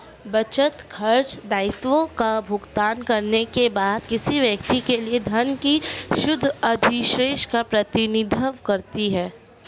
बचत, खर्चों, दायित्वों का भुगतान करने के बाद किसी व्यक्ति के लिए धन के शुद्ध अधिशेष का प्रतिनिधित्व करती है